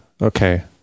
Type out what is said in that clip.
Okay